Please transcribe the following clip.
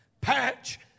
patch